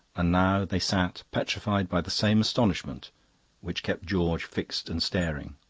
and now they sat, petrified by the same astonishment which kept george fixed and staring.